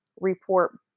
report